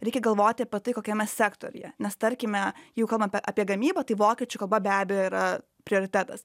reikia galvoti apie tai kokiame sektoriuje nes tarkime jeigu kalbam ap apie gamybą tai vokiečių kalba be abejo yra prioritetas